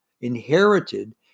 inherited